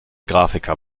grafiker